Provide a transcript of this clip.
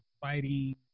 fighting